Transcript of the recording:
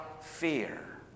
fear